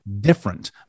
Different